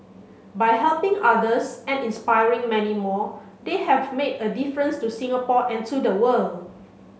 by helping others and inspiring many more they have made a difference to Singapore and to the world